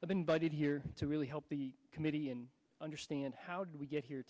but invited here to really help the committee and understand how did we get here